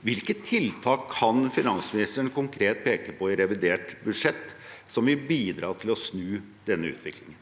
Hvilke tiltak kan finansministeren konkret peke på i revidert budsjett som vil bidra til å snu denne utviklingen?